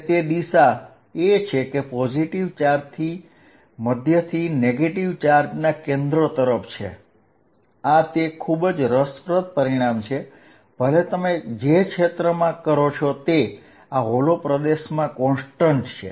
અને તે દિશા પોઝિટિવ ચાર્જની મધ્યથી નેગેટિવ ચાર્જના કેન્દ્ર તરફ છે આ ખૂબ જ રસપ્રદ પરિણામ છે ભલે તમે જે ક્ષેત્રમાં કરો છો તે આ હોલો પ્રદેશમાં કોન્સ્ટન્ટ છે